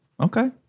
Okay